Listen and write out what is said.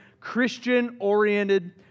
Christian-oriented